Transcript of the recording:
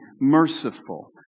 merciful